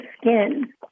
skin